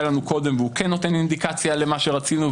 לנו קודם והוא כן נותן אינדיקציה למה שרצינו,